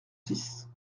six